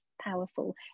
Powerful